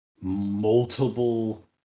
multiple